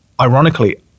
Ironically